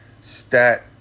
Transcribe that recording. stat